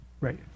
Right